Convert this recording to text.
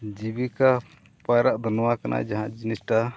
ᱡᱤᱵᱤᱠᱟ ᱯᱟᱭᱨᱟᱜ ᱫᱚ ᱱᱚᱣᱟ ᱠᱟᱱᱟ ᱡᱟᱦᱟᱸ ᱡᱤᱱᱤᱥᱴᱟ